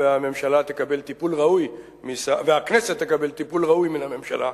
והכנסת תקבל טיפול ראוי מן הממשלה,